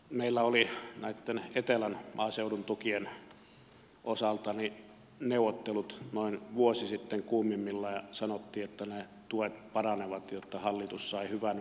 meillä oli näitten etelän maaseudun tukien osalta neuvottelut noin vuosi sitten kuumimmillaan ja sanottiin että ne tuet paranevat jotta hallitus sai hyvän voiton